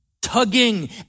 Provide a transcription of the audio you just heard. tugging